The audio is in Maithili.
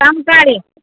कम करी